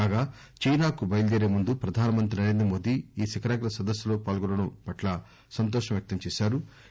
కాగా చైనాకు బయలుదేరే ముందు ప్రధాన మంత్రి నరేంద్ర మోదీ ఈ శిఖరాగ్ర సదస్సులో పాల్గొనడం పట్ల సంతోషం వ్యక్తపరిచారు